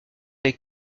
les